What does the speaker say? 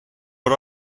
but